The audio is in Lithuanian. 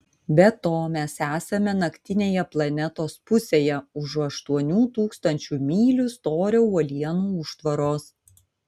be to mes esame naktinėje planetos pusėje už aštuonių tūkstančių mylių storio uolienų užtvaros